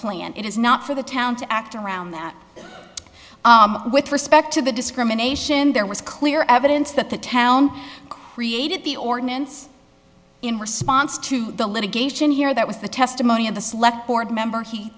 plant it is not for the town to act around that with respect to the discrimination there was clear evidence that the town created the ordinance in response to the litigation here that was the testimony of the select board member he